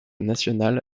national